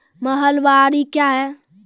महलबाडी क्या हैं?